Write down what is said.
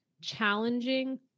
challenging